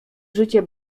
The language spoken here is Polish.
życie